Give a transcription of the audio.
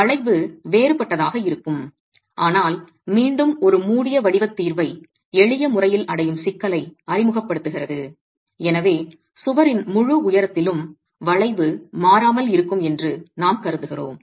வளைவு வேறுபட்டதாக இருக்கும் ஆனால் மீண்டும் ஒரு மூடிய வடிவத் தீர்வை எளிய முறையில் அடையும் சிக்கலை அறிமுகப்படுத்துகிறது எனவே சுவரின் முழு உயரத்திலும் வளைவு மாறாமல் இருக்கும் என்று நாம் கருதுகிறோம்